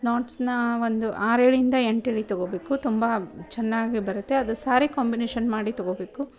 ನಾಟ್ಸ್ನ್ನ ಒಂದು ಆರು ಎಳೆಂದ ಎಂಟು ಎಳೆ ತೊಗೋಬೇಕು ತುಂಬ ಚೆನ್ನಾಗಿ ಬರುತ್ತೆ ಅದು ಸಾರಿ ಕಾಂಬಿನೇಶನ್ ಮಾಡಿ ತೊಗೋಬೇಕು